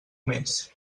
més